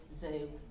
zoo